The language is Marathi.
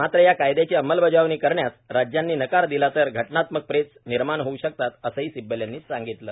मात्र या कायद्याची अंमलबजावणी करण्यास राज्यांनी नकार दिला तर घटनात्मक पेच निर्माण होऊ शकतात असंही सिब्बल यांनी सांगितलं